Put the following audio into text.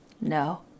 No